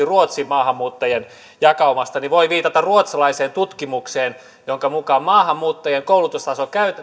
ruotsin maahanmuuttajien jakaumasta niin voin viitata ruotsalaiseen tutkimukseen jonka mukaan maahanmuuttajien koulutustaso